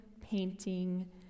painting